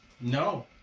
No